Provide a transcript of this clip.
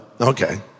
okay